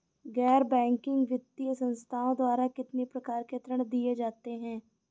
गैर बैंकिंग वित्तीय संस्थाओं द्वारा कितनी प्रकार के ऋण दिए जाते हैं?